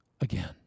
again